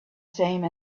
same